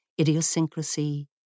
idiosyncrasy